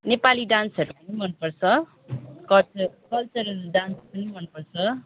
नेपाली डान्सहरू पनि मनपर्छ कल्चर कल्चरल डान्स पनि मनपर्छ